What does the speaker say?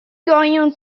going